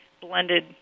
blended